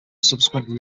subsequently